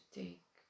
take